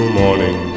morning